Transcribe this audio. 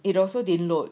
it also didn't load